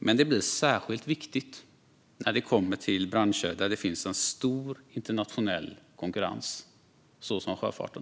Men det blir särskilt viktigt när det kommer till branscher där det finns en stor internationell konkurrens, såsom sjöfarten.